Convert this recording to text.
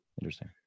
Interesting